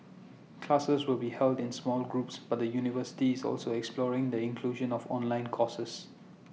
classes will be held in smaller groups but the university is also exploring the inclusion of online courses